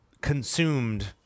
consumed